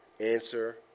answer